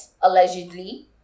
allegedly